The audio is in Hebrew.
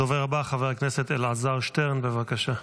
הדובר הבא, חבר הכנסת אלעזר שטרן, בבקשה.